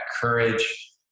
courage